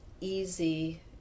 easy